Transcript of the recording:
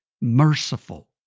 merciful